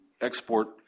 export